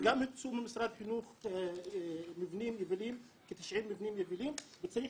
גם הוקצו ממשרד החינוך כ-90 מבנים יבילים וצריך